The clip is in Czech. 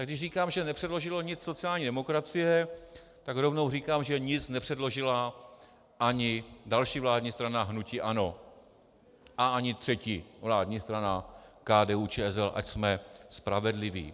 Tak když říkám, že nepředložila nic sociální demokracie, tak rovnou říkám, že nic nepředložila ani další vládní strana, hnutí ANO, a ani třetí vládní strana, KDUČSL, ať jsme spravedliví.